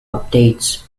updates